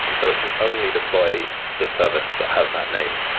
and so it can only deploy the service that has that name.